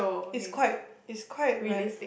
it's quite it's quite like